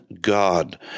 God